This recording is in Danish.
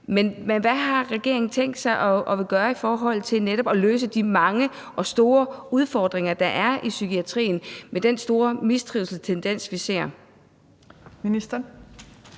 sig at gøre i forhold til netop at løse de mange og store udfordringer, der er i psykiatrien, med den store mistrivselstendens, vi ser?